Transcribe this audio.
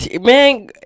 Man